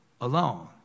alone